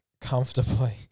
comfortably